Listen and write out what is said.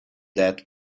that